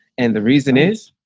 and the reason is,